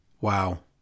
Wow